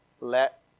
let